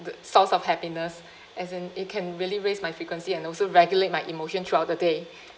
the source of happiness as in it can really raise my frequency and also regulate my emotion throughout the day